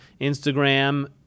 Instagram